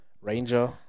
Ranger